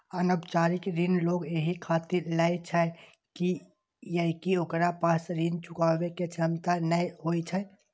अनौपचारिक ऋण लोग एहि खातिर लै छै कियैकि ओकरा पास ऋण चुकाबै के क्षमता नै होइ छै